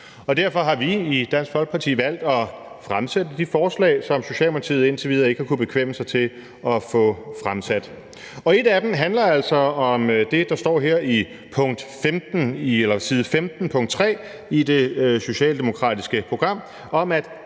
Derfor har vi i Dansk Folkeparti valgt at fremsætte de forslag, som Socialdemokratiet indtil videre ikke har kunnet bekvemme sig til at få fremsat. Et af dem handler altså om det, der står på side 15, punkt 3, i det socialdemokratiske program, nemlig